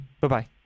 Bye-bye